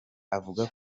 avuga